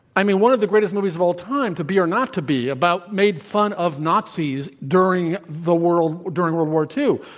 i mean, one of the greatest movies of all time, to be or not to be about made fun of nazis during the world during world war ii.